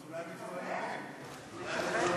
אז אולי עדיף לא לנמק.